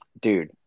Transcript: Dude